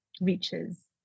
reaches